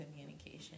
communication